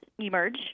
emerge